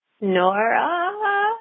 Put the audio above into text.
Nora